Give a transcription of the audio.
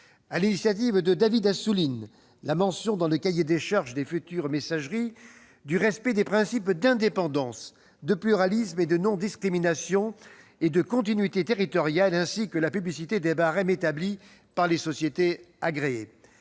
l'initiative de David Assouline, la mention dans le cahier des charges des futures messageries du respect des principes d'indépendance, de pluralisme, de non-discrimination et de continuité territoriale, ainsi que la publicité des barèmes établis par les sociétés agréées